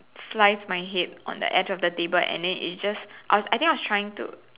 slice my head on the edge of the table and then it just I think I think I was trying to